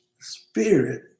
spirit